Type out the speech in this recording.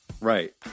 Right